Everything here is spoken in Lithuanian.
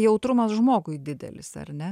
jautrumas žmogui didelis ar ne